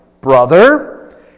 brother